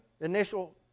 initial